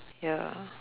ya